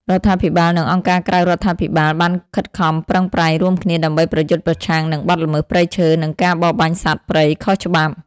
រដ្ឋាភិបាល និងអង្គការក្រៅរដ្ឋាភិបាលបានខិតខំប្រឹងប្រែងរួមគ្នាដើម្បីប្រយុទ្ធប្រឆាំងនឹងបទល្មើសព្រៃឈើ និងការបរបាញ់សត្វព្រៃខុសច្បាប់។